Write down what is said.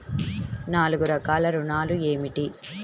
నాలుగు రకాల ఋణాలు ఏమిటీ?